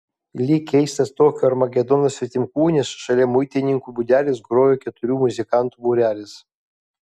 lyg keistas tokio armagedono svetimkūnis šalia muitininkų būdelės grojo keturių muzikantų būrelis